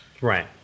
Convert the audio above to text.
Right